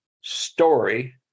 story